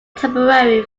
temporary